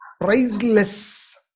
priceless